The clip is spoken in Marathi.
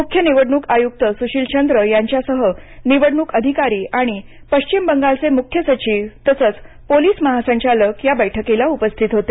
मुख्य निवडणूक आयुक्त सुशील चंद्र यांच्या सह निवडणूक अधिकारी आणि पश्चिम बंगालचे मुख्य सचिव आणि पोलीस महासंचालक बैठकीला उपस्थित होते